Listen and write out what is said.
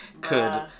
could-